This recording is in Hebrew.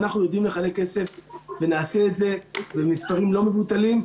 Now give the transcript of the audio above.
אנחנו יודעים לחלק כסף ונעשה את זה במספרים לא מבוטלים,